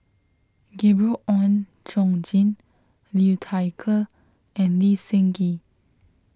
Gabriel Oon Chong Jin Liu Thai Ker and Lee Seng Gee